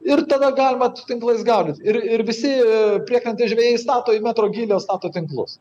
ir tada galima su tinklais gaudyt ir ir visi priekrantės žvejai stato metro gylio stato tinklus